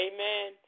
Amen